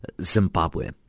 Zimbabwe